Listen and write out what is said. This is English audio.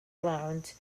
allowance